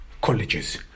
colleges